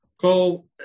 Cole